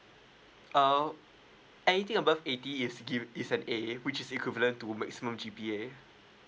uh anything above eighty is give~ is an A which is equivalent to maximum G_P_A